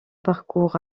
parcours